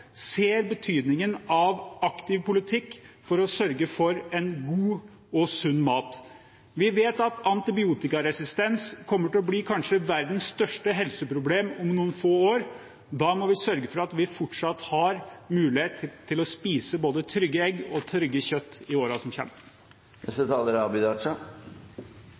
ser betydningen av en aktiv politikk for å sørge for god og sunn mat. Vi vet at antibiotikaresistens kommer til å bli kanskje verdens største helseproblem om noen få år. Da må vi sørge for at vi fortsatt har mulighet til å spise både trygge egg og trygt kjøtt i årene som